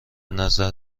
نظر